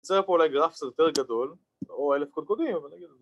‫נמצא פה אולי גרף קצת יותר גדול, ‫לא אלף קודקודים, אבל נגיד...